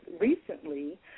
Recently